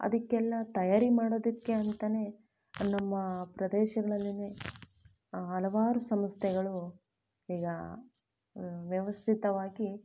ಅದಕ್ಕೆಲ್ಲ ತಯಾರಿ ಮಾಡೋದಕ್ಕೆ ಅಂತಾನೆ ನಮ್ಮ ಪ್ರದೇಶಗಳಲ್ಲೆ ಹಲವಾರು ಸಂಸ್ಥೆಗಳು ಈಗ ವ್ಯವಸ್ಥಿತವಾಗಿ